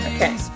Okay